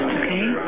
okay